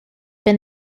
been